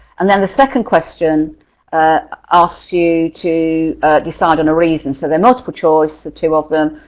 and then the second question asks you to decide on a reason. so they're multiple choice the two of them,